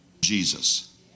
Jesus